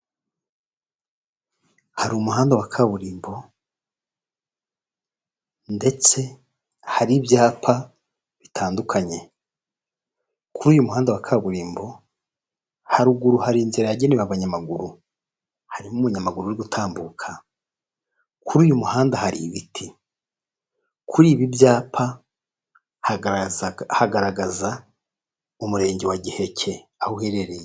Hari umuhanda wa kaburimbo ndetse hari ibyapa bitandukanye kuri uyu muhanda wa kaburimbo haruguru hari inzira yagenewe abanyamaguru harimo umunyamaguru uri gutambuka kuri uyu muhanda hari ibiti kuri ibi byapa hagaragara umurenge wa Giheke aho uherereye.